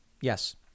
Yes